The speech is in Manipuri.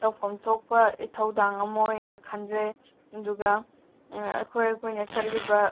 ꯇꯧꯐꯝ ꯊꯣꯛꯄ ꯏꯊꯧꯗꯥꯡ ꯑꯃ ꯑꯣꯏꯅ ꯈꯟꯖꯩ ꯑꯗꯨꯒ ꯑꯩꯈꯣꯏ ꯑꯩꯈꯣꯏꯅ ꯆꯠꯂꯤꯕ